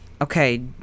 Okay